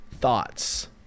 Thoughts